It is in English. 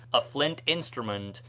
a flint instrument,